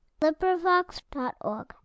LibriVox.org